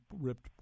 ripped